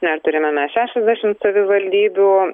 na turime mes šešiasdešimt savivaldybių